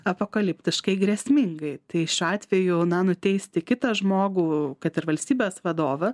apokaliptiškai grėsmingai tai šiuo atveju na nuteisti kitą žmogų kad ir valstybės vadovą